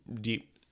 deep